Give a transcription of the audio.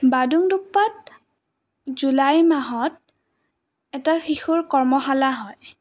বাদংডুপ্পাত জুলাই মাহত এটা শিশুৰ কৰ্মশালা হয়